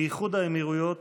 מאיחוד האמירויות